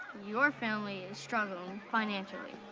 your family is struggling financially.